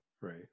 Right